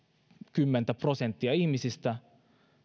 kymmenen prosenttia ihmisistä